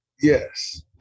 Yes